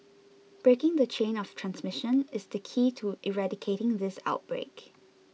breaking the chain of transmission is the key to eradicating this outbreak